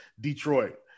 Detroit